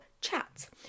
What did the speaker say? chat